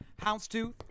Houndstooth